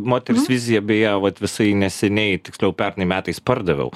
moters viziją beje vat visai neseniai tiksliau pernai metais pardaviau